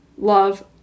Love